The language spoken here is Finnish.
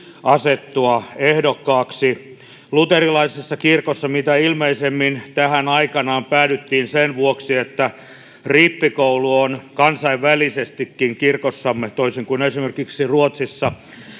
asettua ehdokkaaksi. Luterilaisessa kirkossa mitä ilmeisimmin tähän aikanaan päädyttiin sen vuoksi, että rippikoulu on kirkossamme kansainvälisestikin, toisin kuin esimerkiksi Ruotsissa,